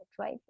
right